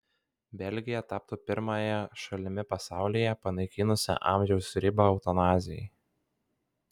belgija taptų pirmąją šalimi pasaulyje panaikinusia amžiaus ribą eutanazijai